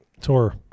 tour